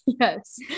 Yes